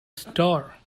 store